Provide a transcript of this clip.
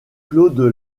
claude